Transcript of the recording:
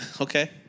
Okay